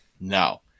no